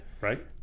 Right